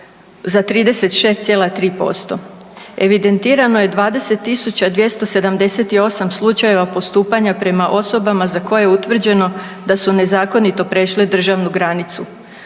za 36,3%. Evidentirano je 20.278 slučajeva postupanja prema osobama za koje je utvrđeno da su nezakonito prešle državnu granicu.